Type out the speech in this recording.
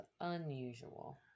unusual